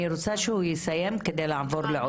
אני רוצה שהוא יסיים כדי לעבור לעוד נושא.